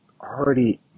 already